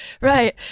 Right